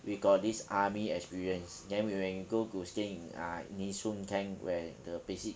we got this army experience then when we go to stay in uh nee soon camp where the basic